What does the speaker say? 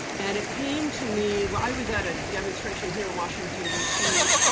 and it came to me i was at a demonstration here in washington dc,